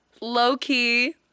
low-key